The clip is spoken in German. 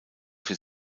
für